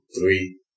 Three